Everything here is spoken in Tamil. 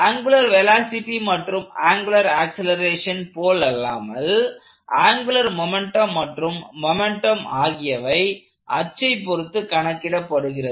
ஆங்குலர் வெலாசிட்டி மற்றும் ஆங்குலர் ஆக்சலேரேஷன் போலல்லாமல் ஆங்குலர் மொமெண்ட்டம் மற்றும் மொமெண்ட்டம் ஆகியவை அச்சை பொருத்து கணக்கிடப்படுகிறது